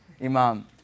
Imam